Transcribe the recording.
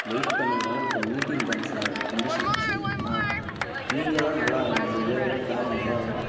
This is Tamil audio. வெயிட் பண்ணதினால இப்போ மீட்டிங் கேன்சல் ஆகிற கண்டிஷன் ஆகிடுச்சி நான் நீங்கள் தான் நல்லா இந்த ஏரியாவில் கேப் நல்லா